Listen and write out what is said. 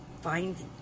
find